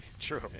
True